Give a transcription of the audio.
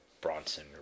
Bronson